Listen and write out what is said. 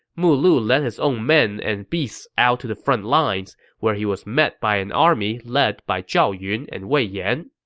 mulu led his own men and beasts out to the front lines, where he was met by an army led by zhao yun and wei yan.